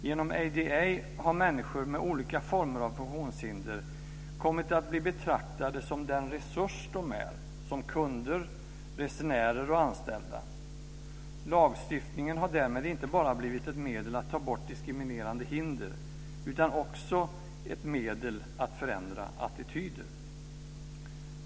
Genom ADA har människor med olika former av funktionshinder börjat att bli betraktade som den resurs de är, som kunder, resenärer och anställda. Lagstiftningen har därmed inte bara blivit ett medel att ta bort diskriminerande hinder utan också ett medel att förändra attityder.